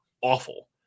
awful